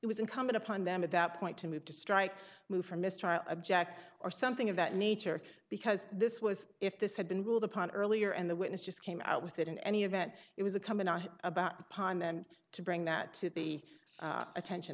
it was incumbent upon them at that point to move to strike move from this trial object or something of that nature because this was if this had been ruled upon earlier and the witness just came out with it in any event it was a coming out about the pond then to bring that to the attention